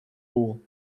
wall